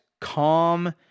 calm